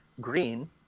green